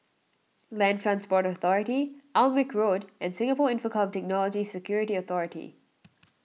Land Transport Authority Alnwick Road and Singapore Infocomm Technology Security Authority